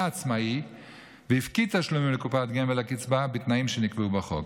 עצמאי והפקיד תשלומים לקופת גמל לקצבה בתנאים שנקבעו בחוק.